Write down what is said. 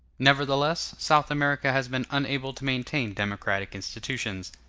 nevertheless, south america has been unable to maintain democratic institutions.